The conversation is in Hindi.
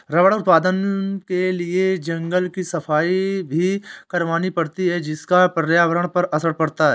रबर उत्पादन के लिए जंगल की सफाई भी करवानी पड़ती है जिसका पर्यावरण पर असर पड़ता है